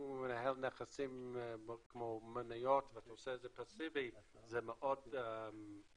אם הוא מנהל נכסים כמו מניות והוא עושה את זה פסיבי זה מאוד זול,